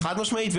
חד משמעית.